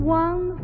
one